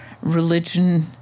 religion